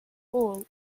all